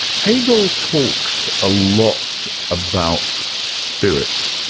hegel talks a lot about spirit.